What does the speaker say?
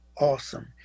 awesome